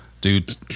Dude